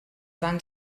van